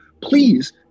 Please